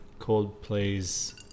Coldplay's